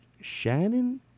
Shannon